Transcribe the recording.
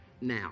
now